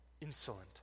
Insolent